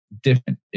different